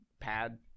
pad